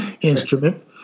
instrument